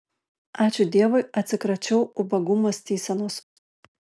ačiū dievui atsikračiau ubagų mąstysenos